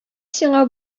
сиңа